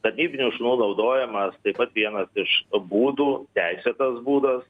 tarnybinių šunų naudojamas taip pat vienas iš būdų teisėtas būdas